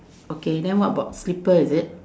okay then what about slipper is it